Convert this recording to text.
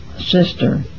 sister